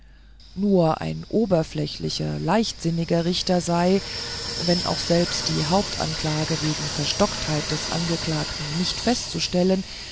nur ein oberflächlicher leichtsinniger richter sei wenn auch selbst die hauptanklage wegen verstocktheit des angeklagten nicht festzustellen